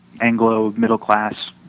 Anglo-middle-class